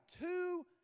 two